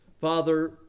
Father